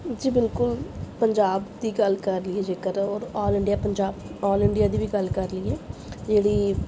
ਜੀ ਬਿਲਕੁਲ ਪੰਜਾਬ ਦੀ ਗੱਲ ਕਰ ਲਈਏ ਜੇਕਰ ਔਰ all India Punjab all India ਦੀ ਵੀ ਗੱਲ ਕਰ ਲਈਏ ਜਿਹੜੀ